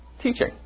teaching